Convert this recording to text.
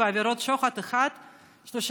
איפה